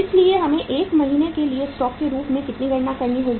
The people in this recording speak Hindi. इसलिए हमें 1 महीने के लिए स्टॉक के रूप में इसकी गणना करनी होगी